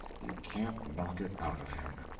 you can't knock it out of him.